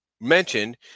mentioned